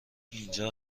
اینجا